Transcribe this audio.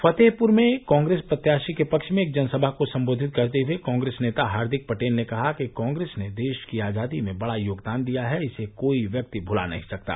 फतेहपुरी में कॉग्रेस प्रत्याशी के पक्ष में एक जनसभा को सम्बोधित करते हुये कॉग्रेस नेता हार्दिक पटेल ने कहा कि कॉग्रेस ने देश की आजादी में बड़ा योगदान किया है इसे कोई व्यक्ति भूला नही सकता